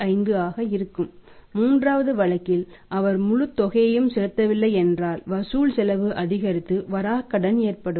15 ஆக இருக்கும் மூன்றாவது வழக்கில் அவர் முழுத் தொகையும் செலுத்தவில்லை என்றால் வசூல் செலவு அதிகரித்து வராக்கடன் ஏற்படும்